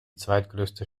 zweitgrößte